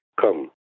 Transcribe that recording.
Come